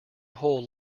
whole